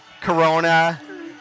Corona